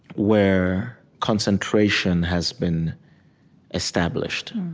where concentration has been established.